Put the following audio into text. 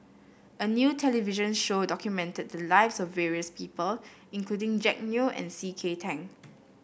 a new television show documented the lives of various people including Jack Neo and C K Tang